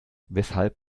weshalb